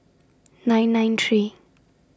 nine nine three